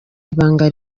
ibanga